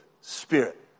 spirit